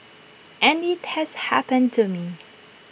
and IT has happened to me